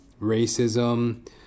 racism